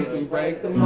can break the mold.